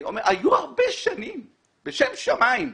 בשם שמים,